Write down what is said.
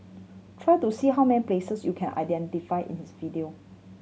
try to see how many places you can identify in his video